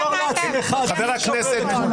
תסגור לעצמך,